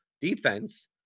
defense